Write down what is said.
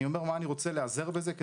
אני אומר למה אני רוצה להיעזר בזה.